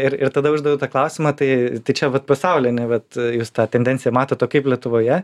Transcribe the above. ir ir tada uždaviau tą klausimą tai čia vat pasaulinę vat jūs tą tendenciją matot o kaip lietuvoje